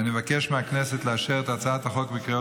ואני מבקש מהכנסת לאשר את הצעת החוק בקריאה